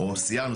או סייענו,